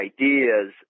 ideas